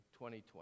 2020